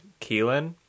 Keelan